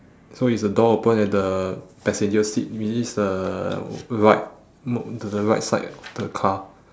so is the door open at the passenger seat meaning is the right m~ to the right side of the car